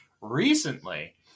Recently